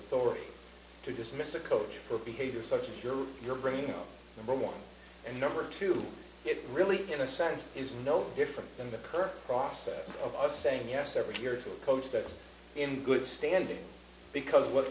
authority to dismiss a coach for behavior such as your your brain or one and number two it really in a sense is no different than the current process of saying yes every year to a coach that's in good standing because what